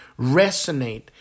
resonate